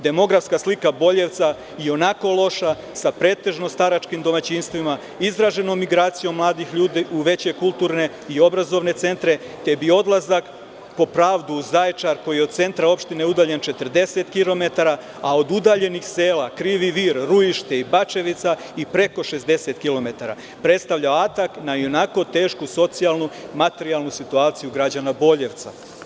Demografska slika Boljevca i onako loša, sa pretežno staračikim domaćinstvima izraženom migracijom mladih ljudi u veće kulturne i obrazovne centre, pa bi odlazaka po pravdu Zaječar, koji je od centra opštine udaljen 40 kilometara, a od udaljenih sela Krivi Vir, Ruište i Bačevica i preko 60 kilometara, predstavljao atak na ionako tešku socijalnu, materijalnu situaciju građana Boljevca.